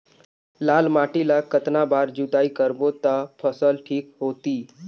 लाल माटी ला कतना बार जुताई करबो ता फसल ठीक होती?